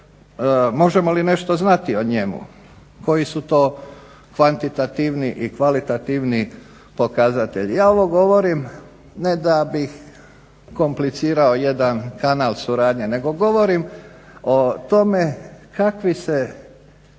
Možemo li nešto znati o njemu koji su to kvantitativni i kvalitativni pokazatelji. Ja ovo govorim ne da bih komplicirao jedan kanal suradnje, nego govorim o tome kakvi se,